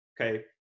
okay